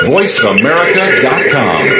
VoiceAmerica.com